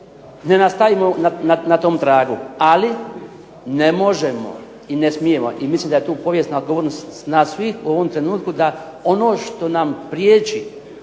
ne nastavimo na tom tragu, ali ne možemo i ne smijemo i mislim da je tu povijesna odgovornost nas svih u ovom trenutku da ono što nam priječi